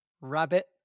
Rabbit